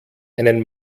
einen